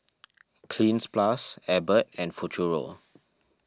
Cleanz Plus Abbott and Futuro